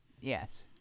Yes